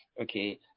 Okay